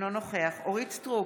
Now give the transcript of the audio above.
אינו נוכח אורית מלכה סטרוק,